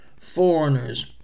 Foreigners